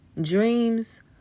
Dreams